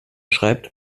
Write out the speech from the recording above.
schreibt